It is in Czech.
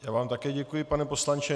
Já vám také děkuji, pane poslanče.